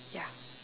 ya